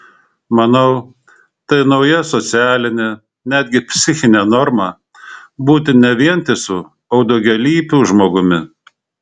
manau tai nauja socialinė netgi psichinė norma būti ne vientisu o daugialypiu žmogumi